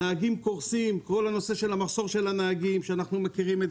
נהגים קורסים בגלל מחסור של נהגים, שאנחנו מכירים,